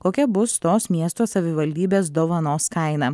kokia bus tos miesto savivaldybės dovanos kaina